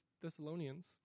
Thessalonians